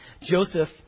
Joseph